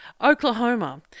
Oklahoma